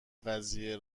قضیه